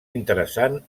interessant